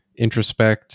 introspect